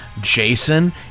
Jason